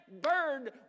bird